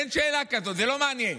אין שאלה כזאת, זה לא מעניין.